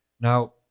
Now